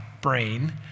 brain